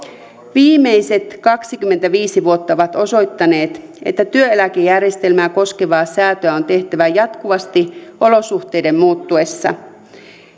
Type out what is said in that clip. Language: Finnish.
viimeiset kaksikymmentäviisi vuotta ovat osoittaneet että työeläkejärjestelmää koskevaa säätöä on tehtävä jatkuvasti olosuhteiden muuttuessa